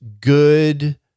good